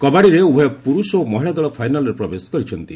କବାଡ଼ିରେ ଉଭୟ ପୁରୁଷ ଓ ମହିଳା ଦଳ ଫାଇନାଲ୍ରେ ପ୍ରବେଶ କରିଛନ୍ତି